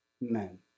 men